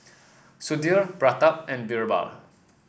Sudhir Pratap and BirbaL